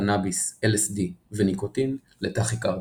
קנאביס, LSD וניקוטין לטכיקרדיה.